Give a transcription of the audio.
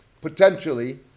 Potentially